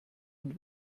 und